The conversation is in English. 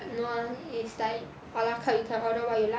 no lah it's like a la carte you can order what you like lah